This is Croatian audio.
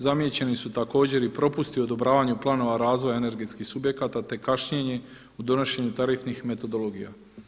Zamijećeni su također i propusti u odobravanju planova razvoja energetskih subjekata te kašnjenje u donošenju tarifnih metodologija.